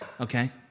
Okay